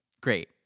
Great